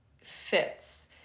fits